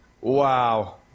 Wow